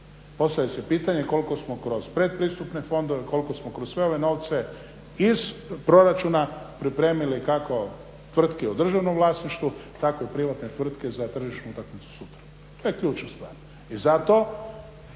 Postavlja se pitanje koliko smo kroz pretpristupne fondove, koliko smo kroz sve ove novce iz proračuna pripremili kako tvrtki u državnom vlasništvu tako i privatne tvrtke za tržišnu utakmicu sutra. To je ključna stvar